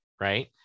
right